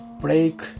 break